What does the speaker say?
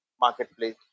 marketplace